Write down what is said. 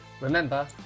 remember